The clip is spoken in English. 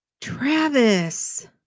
Travis